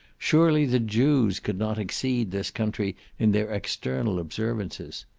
surely the jews could not exceed this country in their external observances.